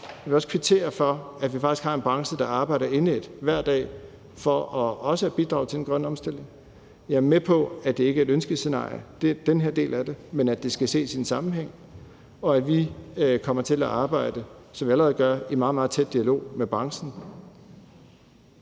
Jeg vil også kvittere for, at vi faktisk har en branche, der arbejder indædt hver dag for også at bidrage til den grønne omstilling. Jeg er med på, at den her del af det ikke er et ønskescenarie, men at det skal ses i en sammenhæng. Og vi kommer til at arbejde, som vi allerede gør, i meget, meget tæt dialog med branchen.